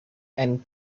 and